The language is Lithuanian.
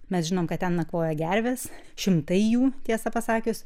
mes žinom kad ten nakvoja gervės šimtai jų tiesą pasakius